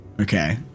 Okay